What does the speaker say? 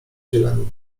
zieleni